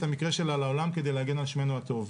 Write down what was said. המקרה שלה לעולם כדי להגן על שמנו הטוב,